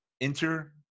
Enter